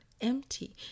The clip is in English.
empty